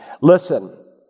Listen